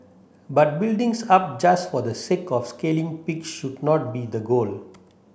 but buildings up just for the sake of scaling peak should not be the goal